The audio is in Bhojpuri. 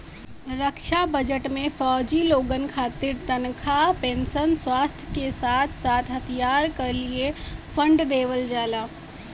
रक्षा बजट में फौजी लोगन खातिर तनखा पेंशन, स्वास्थ के साथ साथ हथियार क लिए फण्ड देवल जाला